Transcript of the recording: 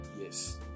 yes